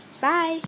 Bye